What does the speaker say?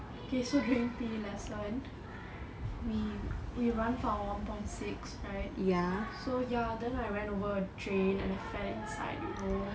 okay so during P_E lesson we we run for our one point six right so ya then I ran over a drain and I fell inside you know